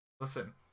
Listen